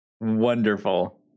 Wonderful